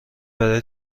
برای